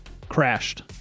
crashed